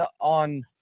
on